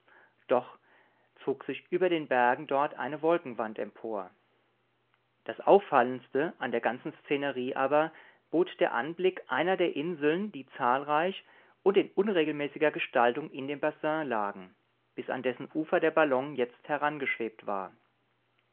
doch zog sich über den bergen dort eine wolkenwand empor das auffallendste in der ganzen szenerie aber bot der anblick einer der inseln die zahlreich und in unregelmäßiger gestaltung in dem bassin lagen bis an dessen ufer der ballon jetzt herangeschwebt war